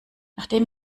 nachdem